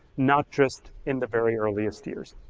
not just in the very earliest years.